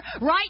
right